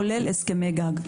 כולל הסכמי גג.